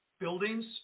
Buildings